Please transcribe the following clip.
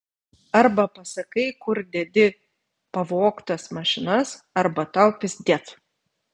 arba pasakai kur dedi pavogtas mašinas arba tau pizdiec